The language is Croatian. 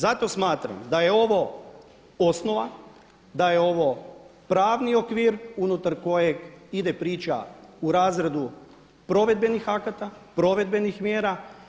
Zato smatram da je ovo osnova, da je ovo pravni okvir unutar kojeg ide priča u razradu provedbenih akata, provedbenih mjera.